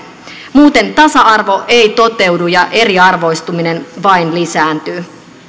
muuten tasa arvo ei toteudu ja eriarvoistuminen vain lisääntyy